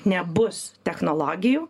nebus technologijų